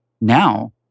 Now